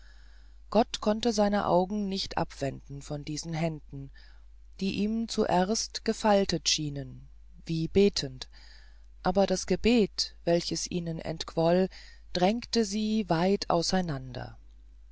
gott konnte seine augen nicht abwenden von diesen händen die ihm zuerst gefaltet schienen wie betende aber das gebet welches ihnen entquoll drängte sie weit auseinander